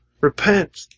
Repent